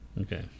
Okay